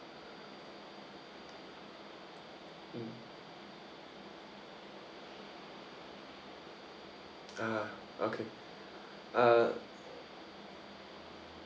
ah okay uh